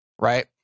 right